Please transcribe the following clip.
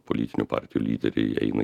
politinių partijų lyderiai eina